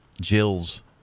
Jill's